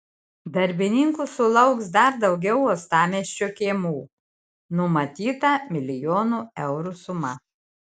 darbininkų sulauks dar daugiau uostamiesčio kiemų numatyta milijono eurų suma